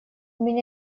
меня